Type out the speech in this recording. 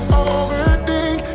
overthink